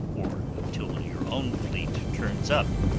or until your own fleet turns up.